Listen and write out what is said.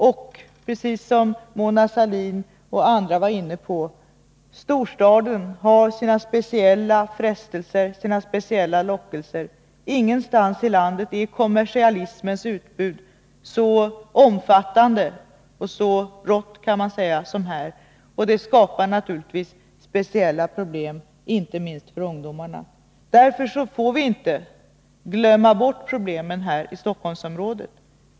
Och det är precis så som Mona Sahlin och andra talare varit inne på: storstaden har sina speciella frestelser och lockelser. Ingenstans i landet är kommersialismens utbud så omfattande och så rått som här. Det skapar naturligtvis speciella problem — inte minst för ungdomarna. Därför får vi inte glömma bort problemen i Stockholmsområdet.